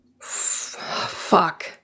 Fuck